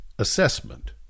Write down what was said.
assessment